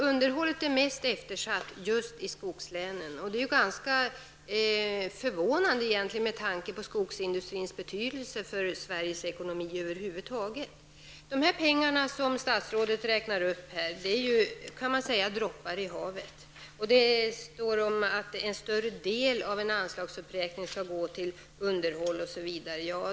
Underhållet är mest eftersatt just i skogslänen. Det är egentligen ganska förvånande med tanke på skogsindustrins betydelse för Sveriges ekonomi. De pengar som statsrådet redovisade är ju droppar i havet. Statsrådet sade att en större del av en anslagsuppräkning skall gå till underhåll osv.